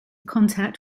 contact